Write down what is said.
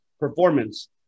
performance